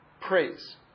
praise